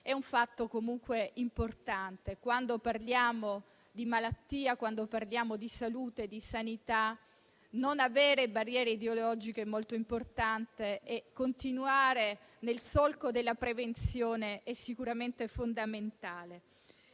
è un fatto importante. Quando parliamo di malattia, di salute e sanità, non avere barriere ideologiche è molto importante e continuare nel solco della prevenzione è sicuramente fondamentale.